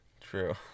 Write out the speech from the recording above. True